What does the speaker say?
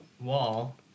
wall